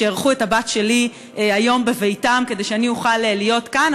שאירחו את הבת שלי היום בביתם כדי שאני אוכל להיות כאן,